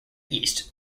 east